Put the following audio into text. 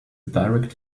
direct